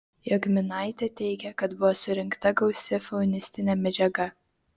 jogminaitė teigė kad buvo surinkta gausi faunistinė medžiaga